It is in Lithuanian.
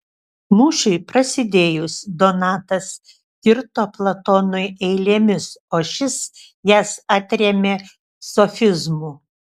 mūšiui prasidėjus donatas kirto platonui eilėmis o šis jas atrėmė sofizmu